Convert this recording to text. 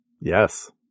Yes